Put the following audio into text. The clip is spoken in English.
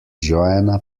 joanna